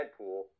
Deadpool